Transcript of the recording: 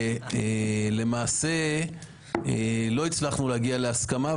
ולמעשה לא הצלחנו להגיע להסכמה.